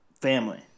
family